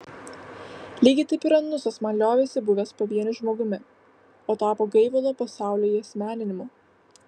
lygiai taip ir anusas man liovėsi buvęs pavieniu žmogumi o tapo gaivalo pasaulio įasmeninimu